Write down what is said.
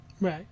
right